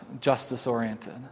justice-oriented